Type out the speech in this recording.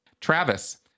Travis